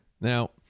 Now